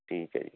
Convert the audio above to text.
ਠੀਕ ਹੈ ਜੀ